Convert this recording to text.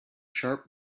sharp